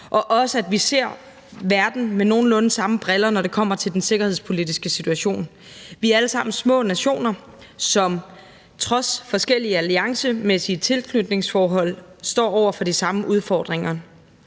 og også at vi ser verden med nogenlunde samme briller, når det kommer til den sikkerhedspolitiske situation. Vi er alle sammen små nationer, som trods forskellige alliancemæssige tilknytningsforhold står over for de samme udfordringer.